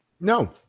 No